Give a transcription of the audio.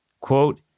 Quote